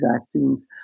vaccines